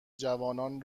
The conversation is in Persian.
جوانان